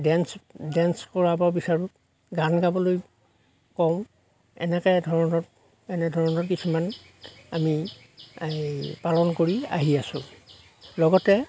dance dance কৰাব বিচাৰোঁ গান গাবলৈ কওঁ এনেকে ধৰণৰ এনেধৰণৰ কিছুমান আমি এই পালন কৰি আহি আছোঁ লগতে